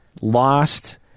lost